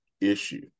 issue